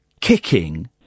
kicking